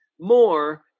more